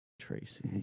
Tracy